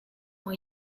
ont